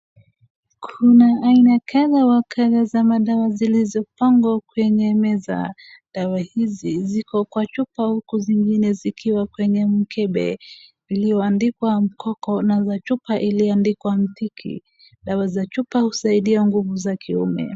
Kuna aina kadha wa kadha za madawa zilizopangwa kwenye meza. Dawa hizi ziko kwa chupa huku zingine zikiwa kwenye mkembe iliyoandikwa mkoko na za chupa iliyoandikwa mtiki. Dawa za chupa husaidia nguvu za kiume.